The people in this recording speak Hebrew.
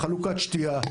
חלוקת שתייה,